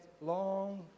long